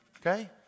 Okay